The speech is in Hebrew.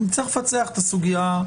נצטרך לפצח את הסוגיה.